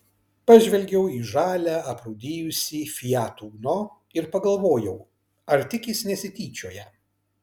pažvelgiau į žalią aprūdijusį fiat uno ir pagalvojau ar tik jis nesityčioja